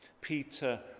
Peter